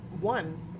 One